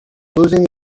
losing